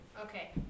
Okay